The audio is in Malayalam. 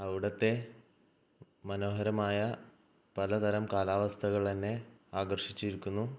അവിടുത്തെ മനോഹരമായ പല തരം കാലാവസ്ഥകള് എന്നെ ആകര്ഷിച്ചിരിക്കുന്നു